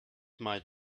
might